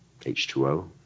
H2O